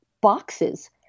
boxes